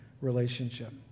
relationship